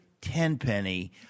Tenpenny